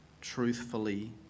truthfully